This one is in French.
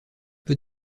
peu